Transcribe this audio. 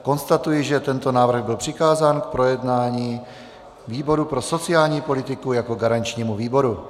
Konstatuji, že tento návrh byl přikázán k projednání výboru pro sociální politiku jako garančnímu výboru.